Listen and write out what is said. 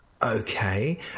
Okay